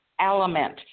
element